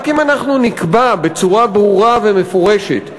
רק אם אנחנו נקבע בצורה ברורה ומפורשת,